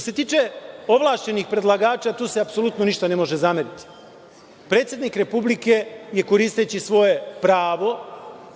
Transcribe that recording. se tiče ovlašćenih predlagača, tu se apsolutno ništa ne može zameriti. Predsednik Republike je koristeći svoje pravo